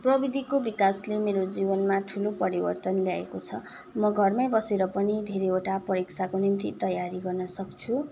प्रविधिको विकासले मेरो जीवनमा ठुलो परिवर्तन ल्याएको छ म घरमै बसेर पनि धेरैवटा परिक्षाको निम्ति तयारी गर्न सक्छु